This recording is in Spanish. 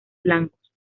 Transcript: blancos